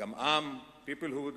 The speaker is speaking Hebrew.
גם עם, peoplehood,